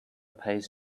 pays